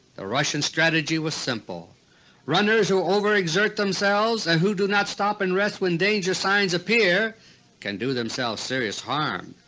the russian strategy was simple runners who over-exert themselves and who do not stop and rest when danger signs appear can do themselves serious harm.